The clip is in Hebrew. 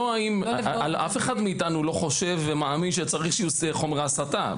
אף אחד מאיתנו לא חושב ומאמין שצריך שיהיו חומרי הסתה,